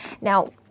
Now